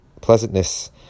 pleasantness